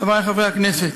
חברי חברי הכנסת,